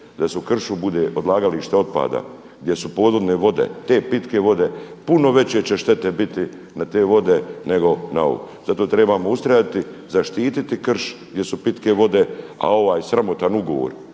da se u kršu bude odlagalište otpada, gdje su podvodne vode, te pitke vode puno veće će štete biti na te vode nego na ovo. Zato trebamo ustrajati, zaštititi krš gdje su pitke vode, a ovaj sramotan ugovor